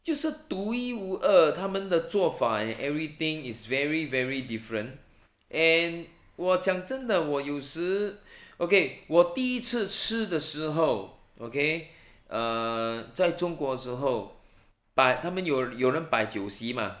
就是独一无二他们的做法 and everything is very very different and 我讲真的我有事 okay 我第一次吃的时候 okay 在中国的时候摆他们有有人摆酒席吗